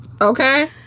Okay